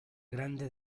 grande